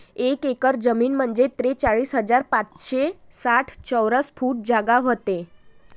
एक एकर जमीन म्हंजे त्रेचाळीस हजार पाचशे साठ चौरस फूट जागा व्हते